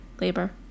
labor